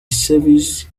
service